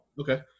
Okay